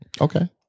Okay